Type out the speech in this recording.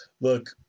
look